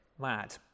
mad